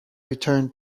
return